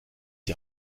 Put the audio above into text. die